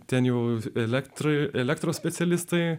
ten jau elektrai elektros specialistai